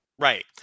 Right